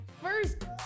first